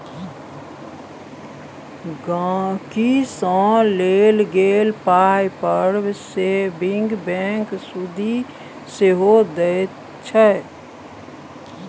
गांहिकी सँ लेल गेल पाइ पर सेबिंग बैंक सुदि सेहो दैत छै